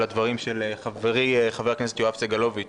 הדברים של חברי חבר הכנסת יואב סגלוביץ.